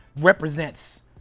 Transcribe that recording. represents